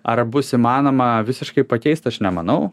ar bus įmanoma visiškai pakeist aš nemanau